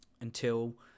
Until-